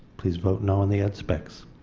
please vote no on the ed. specs.